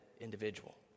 individual